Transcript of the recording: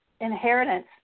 inheritance